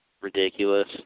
ridiculous